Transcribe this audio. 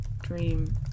Dream